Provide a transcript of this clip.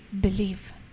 believe